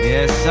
Yes